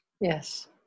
Yes